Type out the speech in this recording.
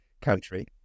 country